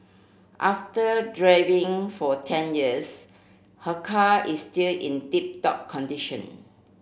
after driving for ten years her car is still in tip top condition